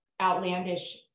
outlandish